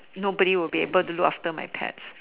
nobody would be able to look after my pets